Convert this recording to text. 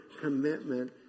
commitment